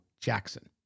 Jackson